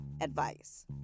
advice